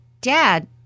Dad